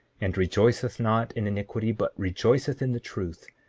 and rejoiceth not in iniquity but rejoiceth in the truth,